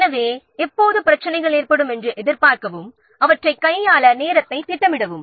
எனவே எப்போது பிரச்சினைகள் ஏற்படும் என்று எதிர்பார்க்கவும் அவற்றைக் கையாள நேரத்தைத் திட்டமிடவும்